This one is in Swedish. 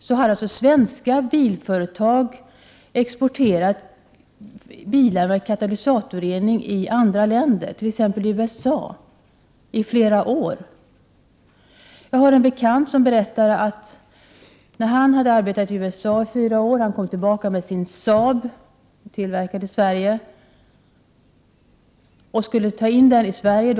Svenska bilföretag har i flera år exporterat bilar med katalysatorer till andra länder, t.ex. USA. En bekant till mig berättade följande. Han hade arbetat i USA i fyra år och kom tillbaka till Sverige med sin Saab, tillverkad i Sverige.